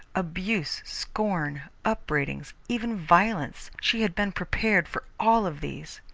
abuse, scorn, upbraidings, even violence she had been prepared for all of these.